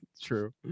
True